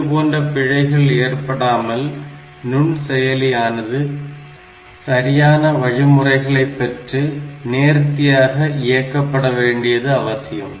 இதுபோன்ற பிழைகள் ஏற்படாமல் நுண்செயலியானது சரியான வழிமுறைகளை பெற்று நேர்த்தியாக இயக்கப்பட வேண்டியது அவசியம்